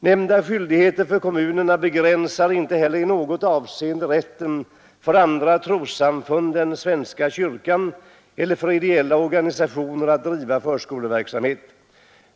Nämnda skyldigheter för kommunerna begränsar inte heller i något avseende rätten för andra trossamfund än svenska kyrkan eller för ideella organisationer att driva förskoleverksamhet.